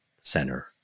center